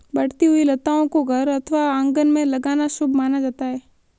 बढ़ती हुई लताओं को घर अथवा आंगन में लगाना शुभ माना जाता है